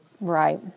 Right